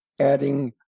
adding